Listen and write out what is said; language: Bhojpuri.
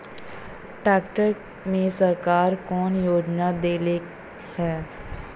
ट्रैक्टर मे सरकार कवन योजना देले हैं?